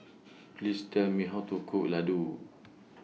Please Tell Me How to Cook Ladoo